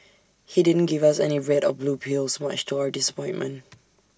he didn't give us any red or blue pills much to our disappointment